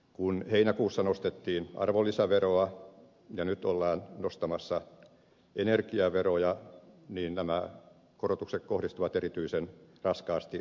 kun heinäkuussa nostettiin arvonlisäveroa ja nyt ollaan nostamassa energiaveroja niin nämä korotukset kohdistuvat erityisen raskaasti pienituloisiin